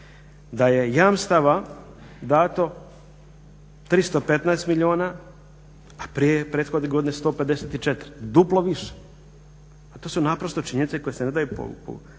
da je jamstava dato 315 milijuna a prethodne godine 154 duplo više. A to su naprosto činjenice koje se ne daju pobiti.